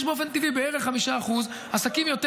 יש באופן טבעי בערך 5% עסקים יותר